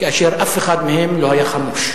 כאשר אף אחד מהם לא היה חמוש: